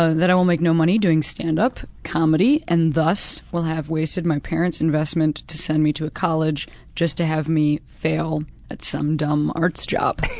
that i will make no money doing stand-up comedy and thus will have wasted my parents' investment to send me to a college just to have me fail at some dumb arts job.